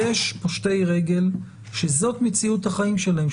יש פושטי רגל שזאת מציאות החיים שלהם,